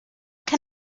can